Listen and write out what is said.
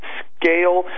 scale